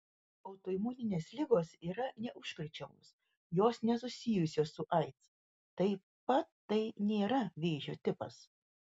autoimuninės ligos yra neužkrečiamos jos nesusijusios su aids taip pat tai nėra vėžio tipas